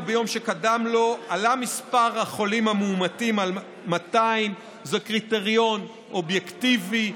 ביום שקדם לו עלה מספר החולים המאומתים על 200. זה קריטריון אובייקטיבי,